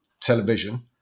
television